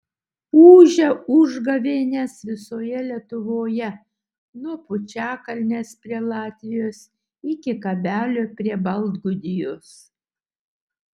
ūžia užgavėnės visoje lietuvoje nuo pučiakalnės prie latvijos iki kabelių prie baltgudijos